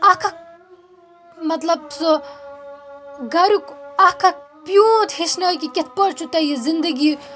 اَکھ اَکھ مطلب سُہ گَرُک اَکھ اَکھ پیوٗنٛتھ ہیٚچھنٲے کہ کِتھ پٲٹھۍ چھُو تۄہہِ یہِ زندگی